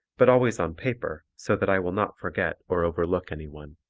but always on paper so that i will not forget or overlook anyone.